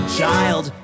child